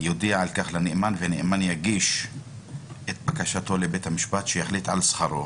"יודיע על כך לנאמן והנאמן יגיש את בקשתו לבית המשפט שיחליט על שכרו